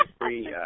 free